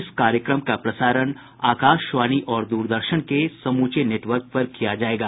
इस कार्यक्रम का प्रसारण आकाशवाणी और दूरदर्शन के समूचे नेटवर्क पर किया जायेगा